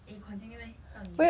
then you continue eh 到你